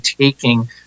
taking